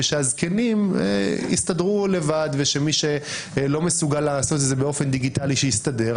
ושהזקנים יסתדרו לבד ומי שלא מסוגל לעשות את זה באופן דיגיטלי שיסתדר,